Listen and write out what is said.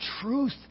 truth